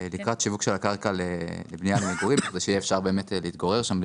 שיווק של הקרקע לבנייה לבניה למגורים כדי שיהיה אפשר להתגורר שם.